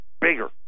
bigger